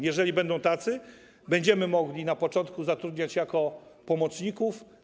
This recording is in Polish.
Jeżeli będą tacy, będziemy mogli na początku zatrudniać ich jako pomocników.